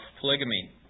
polygamy